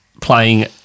playing